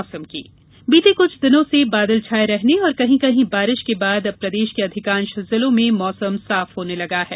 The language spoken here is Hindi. मौसम बीते कुछ दिनों से बादल छाये रहने और कहीं कहीं बारिश के बाद अब प्रदेश के अधिकांश जिलो में मौसम साफ होने लगा है